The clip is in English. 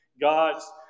God's